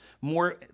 more